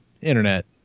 Internet